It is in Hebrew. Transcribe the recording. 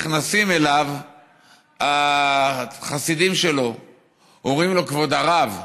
ונכנסים אליו החסידים שלו ואומרים לו: כבוד הרב,